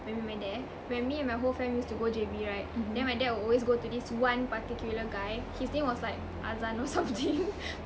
when we went there when me and my whole family used to go J_B right then my dad will always go to this one particular guy his name was like azan or something